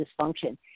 dysfunction